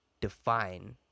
define